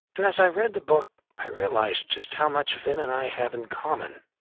and as i read the book, i realized just how much finn and i have in common.